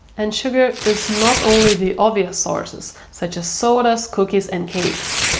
and sugar, is not only the obvious sources, such as sodas, cookies and cakes,